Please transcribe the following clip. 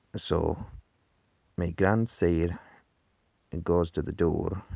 so my grandsire and goes to the door,